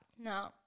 No